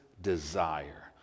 desire